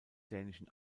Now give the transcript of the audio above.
dänischen